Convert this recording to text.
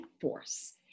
force